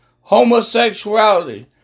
homosexuality